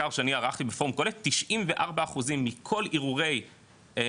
מחקר שאני ערכתי בפורם קהלת 94 אחוזים מכל ערעורי ההגירה,